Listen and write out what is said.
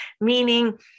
meaning